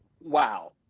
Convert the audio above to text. Wow